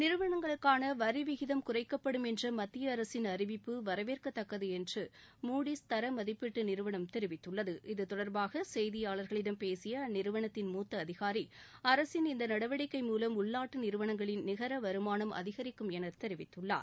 நிறுவனங்களுக்கான வரிவிகிம் குறைக்கப்படும் என்ற மத்திய அரசின் வரவேற்கதக்கது என்று மூடிஸ் தரமதிப்பீடு நிறுவனம் தெரிவித்துள்ளது இத்தொடர்பாக செய்தியாடம் பேசிய அந்நிறுவனத்தின் மூத்த அதிகாரி அரசின் இந்த நடவடிக்கை மூலம் உள்நாட்டு நிறுவனங்களின் நிகர வருமான் அதிரிக்கும் என தெரிவித்துள்ளா